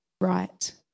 right